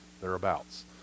thereabouts